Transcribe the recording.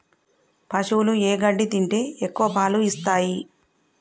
పశువులు ఏ గడ్డి తింటే ఎక్కువ పాలు ఇస్తాయి?